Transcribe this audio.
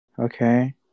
Okay